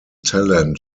talent